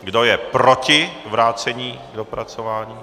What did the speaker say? Kdo je proti vrácení k dopracování?